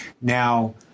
Now